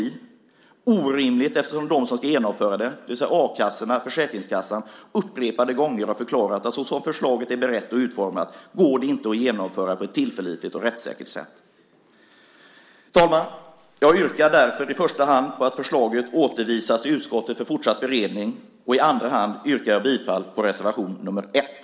Det är orimligt eftersom de som ska genomföra det, det vill säga a-kassorna och Försäkringskassan, upprepade gånger har förklarat att så som förslaget är berett och utformat går det inte att genomföra på ett tillförlitligt och rättssäkert sätt. Herr talman! Jag yrkar därför i första hand på att förslaget återförvisas till utskottet för fortsatt beredning. I andra hand yrkar jag bifall till reservation 1.